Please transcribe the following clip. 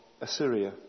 Assyria